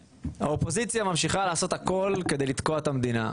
האופוזיציה ממשיכה לעשות הכול כדי לתקוע את המדינה.